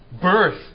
birth